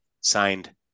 Signed